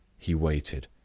he waited.